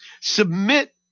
Submit